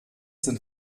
sind